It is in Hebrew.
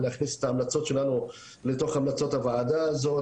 ולהכניס את ההמלצות שלנו לתוך המלצות הוועדה הזאת,